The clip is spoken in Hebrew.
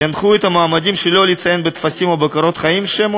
ינחו את המועמדים שלא לציין בטפסים או בקורות החיים שם או